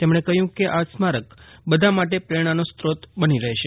તેમણે કહ્યું કે આ સ્મારક બધા માટે પ્રેરણાનો સ્રોત બની રહેશે